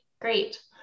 Great